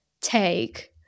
take